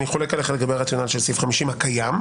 ואני חולק עליך לגבי הרציונל של סעיף 50 הקיים.